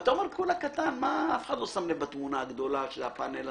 אתה אומר שזה פאנל קטן ובתמונה הגדולה אף אחד לא שם לב שזה חסר.